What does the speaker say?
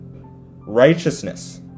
righteousness